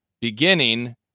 beginning